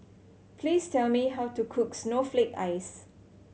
please tell me how to cook snowflake ice